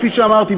כפי שאמרתי,